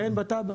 כן, בתב"ע.